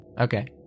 Okay